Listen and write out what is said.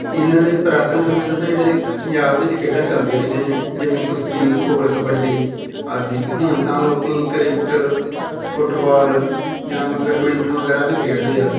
ਇਹਨਾਂ ਦੀ ਪੁਰਾਤਨ ਸਮੇਂ ਤੋਂ ਜਿਹੜੇ ਪੰਜਾਬ ਦੇ ਵਿੱਚ ਖੇਡਾਂ ਚੱਲਦੀਆਂ ਰਹੀਆਂ ਹੈ ਜਿਵੇਂ ਕੁਸ਼ਤੀ ਘੋਲ ਕਬੱਡੀ ਆਦਿ ਹੁਣ ਤਾਂ ਲੋਕ ਕ੍ਰਿਕਟ ਫੁੱਟਬੋਲ ਜਾਂ ਬੈਡਮਿੰਟਨ ਵਗੈਰਾ ਵੀ ਖੇਡਦੇ ਆ